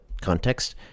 context